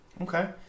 Okay